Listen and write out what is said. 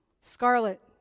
scarlet